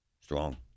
strong